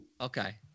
Okay